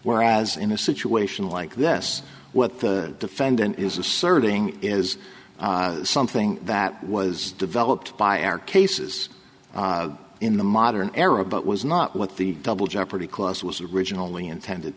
whereas in a situation like this what the defendant is asserting is something that was developed by our cases in the modern era but was not what the double jeopardy clause was originally intended